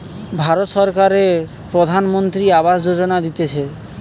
ভারত সরকারের প্রধানমন্ত্রী আবাস যোজনা দিতেছে